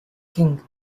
king